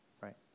right